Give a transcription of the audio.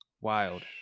wild